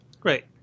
Great